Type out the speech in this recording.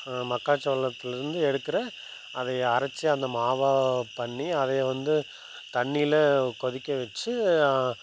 மக்காச்சோளத்திலேருந்து எடுக்கிற அதையே அரைச்சி அதை மாவாக பண்ணி அதையே வந்து தண்ணியில் கொதிக்க வச்சு